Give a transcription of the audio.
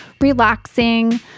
relaxing